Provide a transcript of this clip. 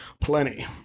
plenty